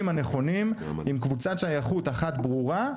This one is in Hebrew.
הנכונים עם קבוצת שייכות אחת ברורה,